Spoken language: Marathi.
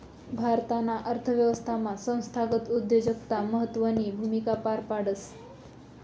भारताना अर्थव्यवस्थामा संस्थागत उद्योजकता महत्वनी भूमिका पार पाडस